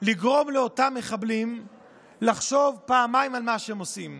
לגרום לאותם מחבלים לחשוב פעמיים על מה שהם עושים.